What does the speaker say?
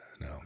no